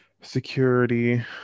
security